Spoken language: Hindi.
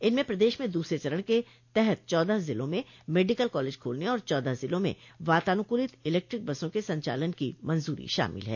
इनमें प्रदेश में दूसरे चरण के तहत चौदह जिलों में मेडिकल कॉलेज खोलने और चौदह जिलों में वातानुकूलित इलेक्ट्रिक बसों के संचालन की मंजूरी शामिल है